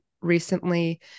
recently